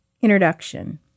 Introduction